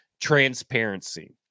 transparency